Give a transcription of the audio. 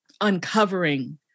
uncovering